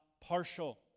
partial